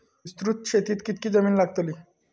विस्तृत शेतीक कितकी जमीन लागतली?